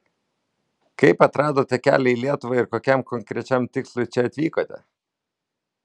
kaip atradote kelią į lietuvą ir kokiam konkrečiam tikslui čia atvykote